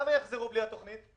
כמה יחזרו בלי התוכנית?